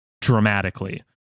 dramatically